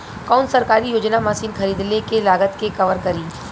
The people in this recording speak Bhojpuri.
कौन सरकारी योजना मशीन खरीदले के लागत के कवर करीं?